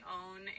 own